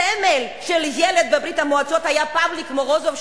הסמל של ילד בברית-המועצות היה פאווליק מורוזוב,